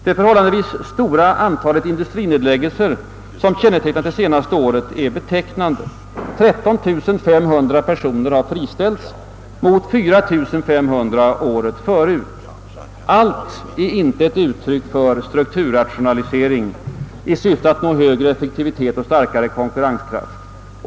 Det förhållandevis stora antalet industrinedläggelser som karakteriserat det senaste året är betecknande. 13 500 personer har friställts hittills i år mot 4 500 året förut. Allt är inte ett uttryck för strukturrationalisering i syfte att nå högre effektivitet och starkare konkurrenskraft.